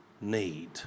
need